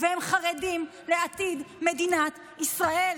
והם חרדים לעתיד מדינת ישראל.